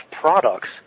products